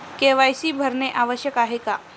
KYC भरणे आवश्यक आहे का?